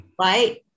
right